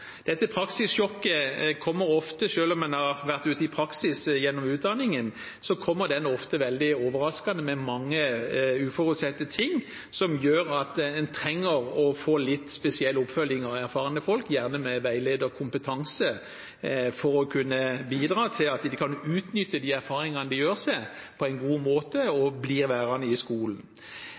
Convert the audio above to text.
om en har vært ute i praksis gjennom utdanningen, så kommer dette praksissjokket ofte veldig overraskende, med mange utforutsette ting, som gjør at en trenger å få litt spesiell oppfølging av erfarne folk, gjerne med veilederkompetanse, for å kunne bidra til at de kan utnytte de erfaringene de gjør seg, på en god måte og blir værende i skolen.